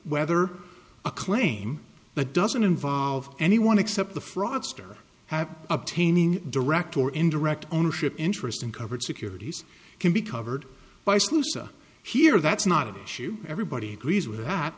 whether a claim that doesn't involve anyone except the fraudster have obtaining direct or indirect ownership interest and covered securities can be covered by salusa here that's not an issue everybody agrees with that